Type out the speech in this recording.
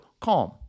CALM